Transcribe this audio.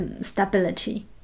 stability